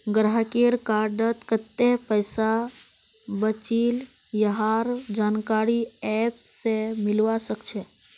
गाहकेर कार्डत कत्ते पैसा बचिल यहार जानकारी ऐप स मिलवा सखछे